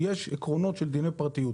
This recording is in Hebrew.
יש עקרונות של דיני פרטיות,